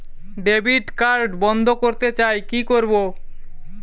Debit card বন্ধ করতে চাই কি করব?